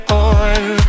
on